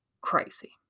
crazy